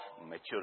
maturity